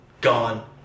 Gone